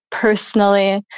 personally